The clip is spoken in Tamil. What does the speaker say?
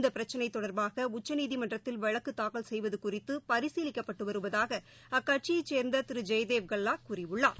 இந்த பிரச்சினை தொடர்பாக உச்சநீதிமன்றத்தில் வழக்கு தாக்கல் செய்வது குறித்து பரிசீலிக்கப்பட்டு வருவதாக அக்கட்சியைச் சே்ந்த திரு ஜெயதேவ் கல்லா கூறியுள்ளார்